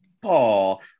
Paul